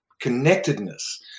connectedness